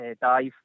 dive